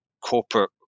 corporate